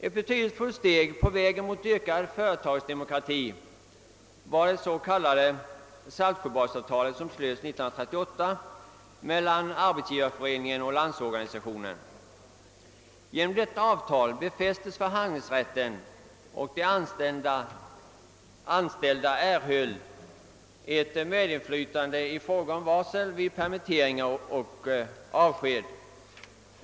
Ett betydelsefullt steg på vägen mot ökad företagsdemokrati var det s.k. Saltsjöbadsavtalet som slöts 1938 mellan SAF och LO. Genom detta avtal befästes förhandlingsrätten, och de anställda erhöll ett medinflytande i fråga om varsel vid permitteringar och avsked.